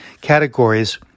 categories